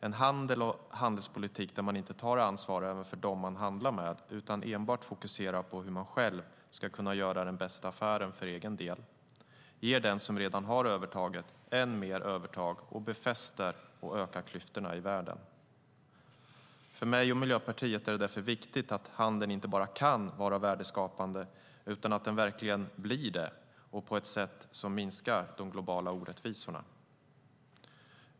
En handel och en handelspolitik där man inte tar ansvar även för dem man handlar med utan enbart fokuserar på hur man själv ska kunna göra den bästa affären för egen del ger den som redan har övertaget än mer övertag och befäster och ökar klyftorna i världen. För mig och Miljöpartiet är det viktigt att handeln inte bara kan vara värdeskapande utan att den verkligen blir det och på ett sätt som minskar de globala orättvisorna.